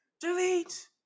Delete